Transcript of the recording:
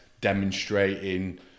demonstrating